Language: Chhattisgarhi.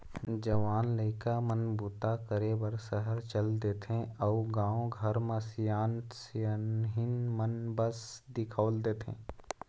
जवान लइका मन बूता करे बर सहर चल देथे अउ गाँव घर म सियान सियनहिन मन बस दिखउल देथे